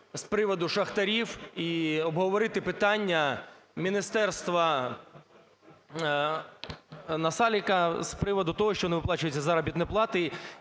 з приводу шахтарів і обговорити питання Міністерства Насалика з приводу того, що не виплачуються заробітні плати.